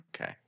Okay